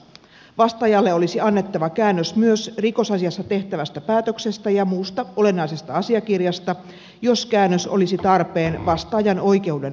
vastaajalle olisi annettava käännös myös rikosasiassa tehtävästä päätöksestä ja muusta olennaisesta asiakirjasta jos käännös olisi tarpeen vastaajan oikeuden valvomiseksi